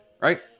right